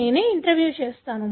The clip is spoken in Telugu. నేనే ఇంటర్వ్యూ చేస్తాను